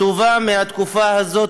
טובה מהתקופה הזאת,